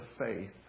faith